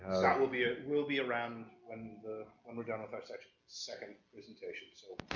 scott will be, ah will be around when the, when we're done with our session's second presentation. so,